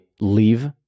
leave